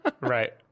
right